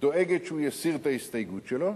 דואגת שהוא יסיר את ההסתייגות שלו.